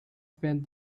spent